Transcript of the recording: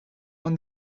won